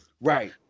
Right